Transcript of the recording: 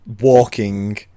walking